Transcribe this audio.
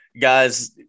guys